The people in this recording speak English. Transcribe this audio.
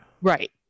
right